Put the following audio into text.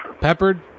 Peppered